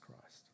Christ